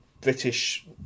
British